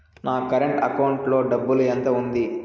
నా current account లో డబ్బులు ఎంత ఉంది?